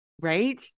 Right